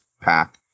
pack